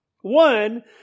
One